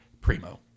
Primo